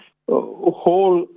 whole